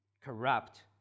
corrupt